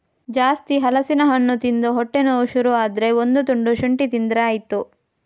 ಜಾಸ್ತಿ ಹಲಸಿನ ಹಣ್ಣು ತಿಂದು ಹೊಟ್ಟೆ ನೋವು ಶುರು ಆದ್ರೆ ಒಂದು ತುಂಡು ಶುಂಠಿ ತಿಂದ್ರೆ ಆಯ್ತು